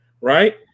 right